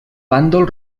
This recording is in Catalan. bàndol